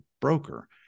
broker